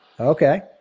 Okay